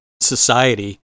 society